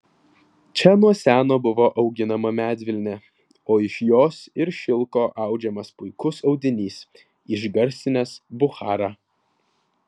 čia nuo seno buvo auginama medvilnė o iš jos ir šilko audžiamas puikus audinys išgarsinęs bucharą